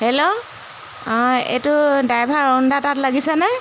hello অঁ এইটো driver অৰুণদাৰ তাত লাগিছেনে